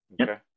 Okay